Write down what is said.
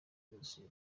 jenoside